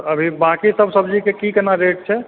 अभी बाँकी सब्जी के की कोना रेट छै